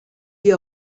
wie